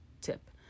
tip